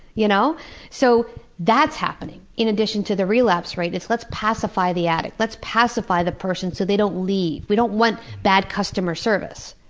you know so that's happening, in addition to the relapse rate let's pacify the addict, let's pacify the person so they don't leave. we don't want bad customer service.